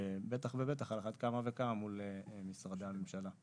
בטח ובטח על אחת כמה וכמה מול משרדי הממשלה.